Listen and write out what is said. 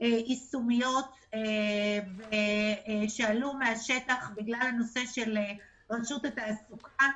יישומיות שעלו מהשטח בגלל הנושא של רשות התעסוקה,